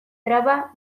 traba